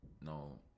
no